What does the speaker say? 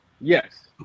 yes